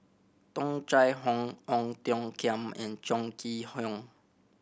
Tung Chye Hong Ong Tiong Khiam and Chong Kee Hiong